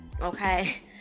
okay